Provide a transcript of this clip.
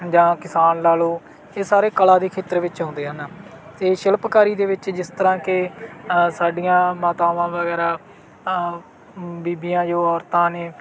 ਜਾਂ ਕਿਸਾਨ ਲਾ ਲਓ ਇਹ ਸਾਰੇ ਕਲਾ ਦੇ ਖੇਤਰ ਵਿੱਚ ਆਉਂਦੇ ਹਨ ਅਤੇ ਸ਼ਿਲਪਕਾਰੀ ਦੇ ਵਿੱਚ ਜਿਸ ਤਰ੍ਹਾਂ ਕਿ ਸਾਡੀਆਂ ਮਾਤਾਵਾਂ ਵਗੈਰਾ ਬੀਬੀਆਂ ਜੋ ਔਰਤਾਂ ਨੇ